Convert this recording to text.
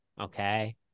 Okay